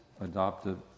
adoptive